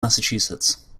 massachusetts